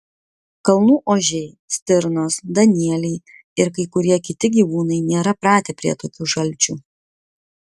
kalnų ožiai stirnos danieliai ir kai kurie kiti gyvūnai nėra pratę prie tokių šalčių